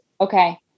okay